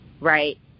Right